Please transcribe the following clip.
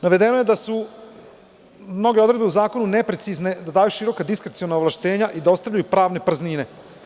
Navedeno je da su mnoge odredbe u zakonu neprecizne, da daju široka diskreciona ovlašćenja i da ostavljaju pravne praznine.